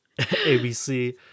ABC